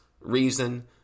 reason